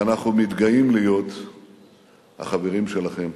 ואנחנו מתגאים להיות החברים שלכם.